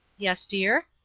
yes, dear?